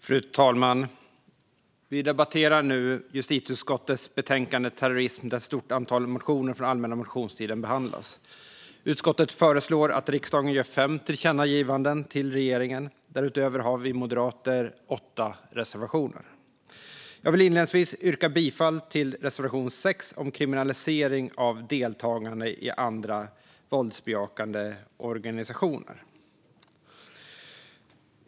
Fru talman! Vi debatterar nu justitieutskottets betänkande Terrorism , där ett stort antal motioner från allmänna motionstiden behandlas. Utskottet föreslår att riksdagen gör fem tillkännagivanden till regeringen. Därutöver har vi moderater åtta reservationer. Jag vill inledningsvis yrka bifall till reservation 6 om kriminalisering av deltagande i andra våldsbejakande organisationer.